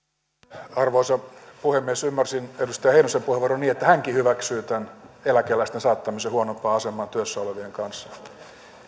arvoisa puhemies ymmärsin edustaja heinosen puheenvuoron niin että hänkin hyväksyy tämän eläkeläisten saattamisen huonompaan asemaan työssä olevien kanssa